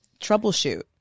troubleshoot